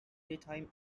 daytime